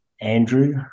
Andrew